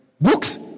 Books